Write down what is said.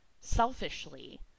selfishly